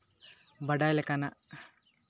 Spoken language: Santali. ᱵᱟᱰᱟᱭ ᱞᱮᱠᱟᱱᱟᱜ